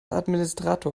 administrator